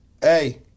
Hey